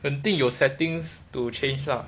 肯定有 settings to change lah